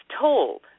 told